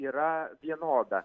yra vienoda